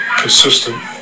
consistent